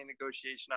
negotiation